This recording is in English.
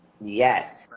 Yes